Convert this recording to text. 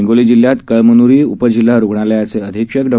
हिंगोली जिल्ह्यात कळमन्री उपजिल्हा रुग्णालयाचे अधीक्षक डॉ